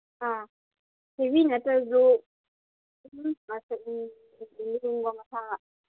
ꯑꯥ ꯍꯦꯕꯤ ꯅꯠꯇ꯭ꯔꯁꯨ ꯁꯨꯝ